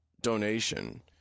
donation